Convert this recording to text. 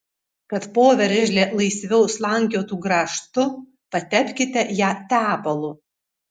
kad poveržlė laisviau slankiotų grąžtu patepkite ją tepalu